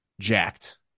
Jacked